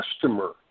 customer